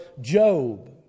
Job